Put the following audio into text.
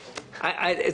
זה.